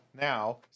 now